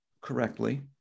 correctly